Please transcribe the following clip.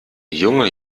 junge